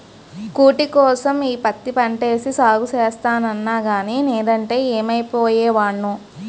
కూటికోసం ఈ పత్తి పంటేసి సాగు సేస్తన్నగానీ నేదంటే యేమైపోయే వోడ్నో